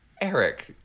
Eric